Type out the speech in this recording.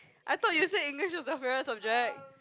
I thought you said English was your favourite subject